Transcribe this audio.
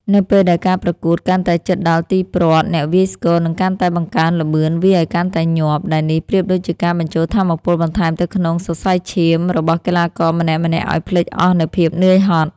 នៅពេលដែលការប្រកួតកាន់តែជិតដល់ទីព្រ័ត្រ អ្នកវាយស្គរនឹងកាន់តែបង្កើនល្បឿនវាយឱ្យកាន់តែញាប់ ដែលនេះប្រៀបដូចជាការបញ្ចូលថាមពលបន្ថែមទៅក្នុងសរសៃឈាមរបស់កីឡាករម្នាក់ៗឱ្យភ្លេចអស់នូវភាពនឿយហត់។